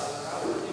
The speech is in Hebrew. רוצה?